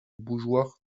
bougeoir